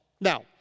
Now